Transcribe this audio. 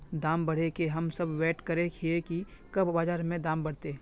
दाम बढ़े के हम सब वैट करे हिये की कब बाजार में दाम बढ़ते?